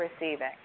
receiving